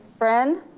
friend?